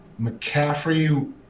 McCaffrey